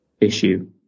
issue